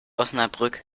osnabrück